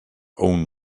own